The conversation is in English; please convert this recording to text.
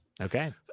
Okay